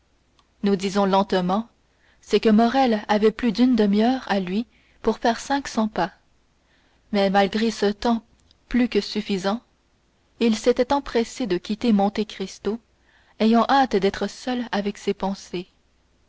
nous disons lentement c'est que morrel avait plus d'une demi-heure à lui pour faire cinq cents pas mais malgré ce temps plus que suffisant il s'était empressé de quitter monte cristo ayant hâte d'être seul avec ses pensées